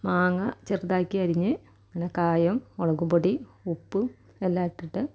മാങ്ങ ചെറുതാക്കി അരിഞ്ഞ് പിന്നെ കായവും മുളകുപൊടി ഉപ്പും എല്ലാ ഇട്ടിട്ട്